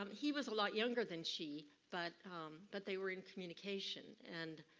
um he was a lot younger than she, but but they were in communication. and